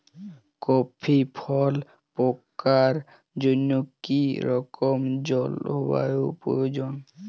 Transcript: Coffee ফল পাকার জন্য কী রকম জলবায়ু প্রয়োজন?